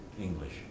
English